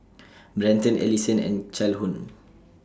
Brenton Alyson and Calhoun